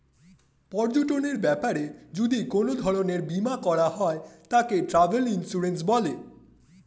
পর্যটনের ব্যাপারে যদি কোন ধরণের বীমা করা হয় তাকে ট্র্যাভেল ইন্সুরেন্স বলে